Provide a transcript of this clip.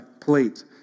plate